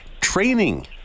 training